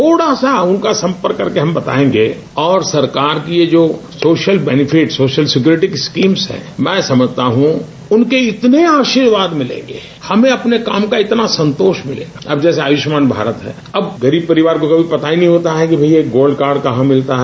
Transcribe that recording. थोड़ा सा उनका सम्पर्क करके हम बतायेंगे ओर सरकार की ये जो सोशल बेनीफिट सिक्योरिटी स्कीम है मैं समझता हूं कि उनके इतने आशीर्वाद लेने में हमें अपने काम का इतना संतोष मिलेगा अब जैसे आयुष्मान भारत है अब गरीब परिवार को कभी पता ही नहीं होता है कि यह गोल्ड कार्ड कहां मिलता है